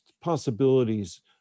possibilities